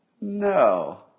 No